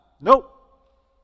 Nope